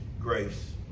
grace